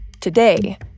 Today